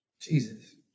Jesus